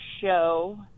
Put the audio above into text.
show